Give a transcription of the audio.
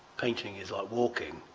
painting is like walking.